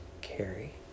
carry